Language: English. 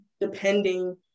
depending